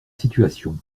situation